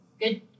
Good